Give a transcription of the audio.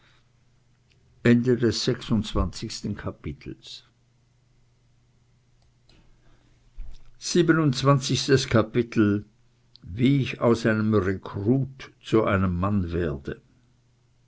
wie ich aus einem rekrut zu einem mann werde